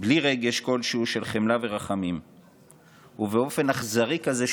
בלי רגש כלשהו של חמלה ורחמים ובאופן אכזרי כזה,